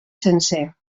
sencer